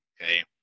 Okay